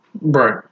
Right